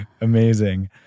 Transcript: amazing